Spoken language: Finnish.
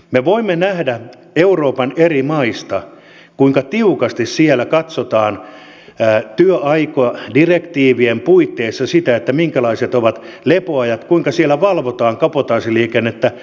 me voimme nähdä euroopan eri maista kuinka tiukasti siellä katsotaan työaikadirektiivien puitteissa sitä minkälaiset ovat lepoajat kuinka siellä valvotaan kabotaasiliikennettä jo nyt tiukemmin